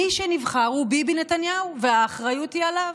מי שנבחר הוא ביבי נתניהו והאחריות היא עליו.